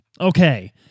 Okay